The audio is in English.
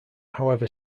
however